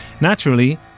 Naturally